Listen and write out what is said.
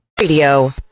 Radio